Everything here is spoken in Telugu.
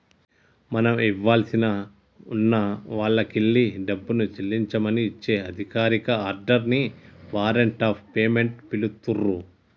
మనం ఇవ్వాల్సి ఉన్న వాల్లకెల్లి డబ్బుని చెల్లించమని ఇచ్చే అధికారిక ఆర్డర్ ని వారెంట్ ఆఫ్ పేమెంట్ పిలుత్తున్రు